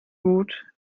gut